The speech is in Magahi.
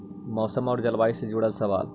मौसम और जलवायु से जुड़ल सवाल?